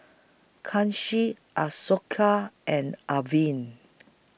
Kanshi Ashoka and Arvind